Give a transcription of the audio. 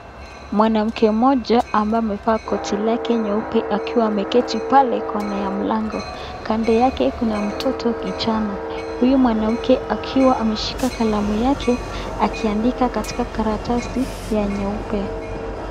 Mwanamke mmoja ambaye amevaa koti lake nyeupe akiwa ameketi pale kona ya mlango. Kando yake kuna mtoto kijana .Huyu mwanamke akiwa ameshika kalamu yake akiandika katika karatasi ya nyeupe.